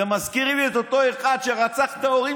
זה מזכיר לי את אותו אחד שרצח את ההורים